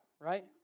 right